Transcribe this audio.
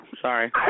Sorry